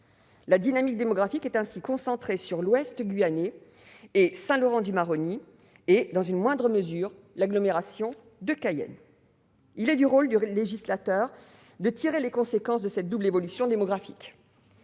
La dynamique démographique est ainsi concentrée sur l'ouest guyanais, sur Saint-Laurent-du-Maroni et, dans une moindre mesure, sur l'agglomération de Cayenne. Il est du rôle du législateur de tirer les conséquences de cette double évolution démographique.